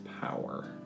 power